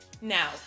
Now